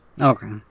Okay